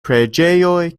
preĝejoj